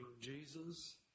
Jesus